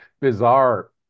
bizarre